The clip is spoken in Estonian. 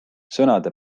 sõnade